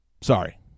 sorry